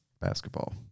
basketball